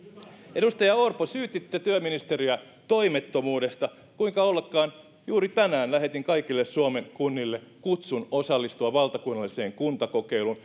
edustaja orpo syytitte työministeriä toimettomuudesta kuinka ollakaan juuri tänään lähetin kaikille suomen kunnille kutsun osallistua valtakunnalliseen kuntakokeiluun